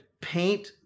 paint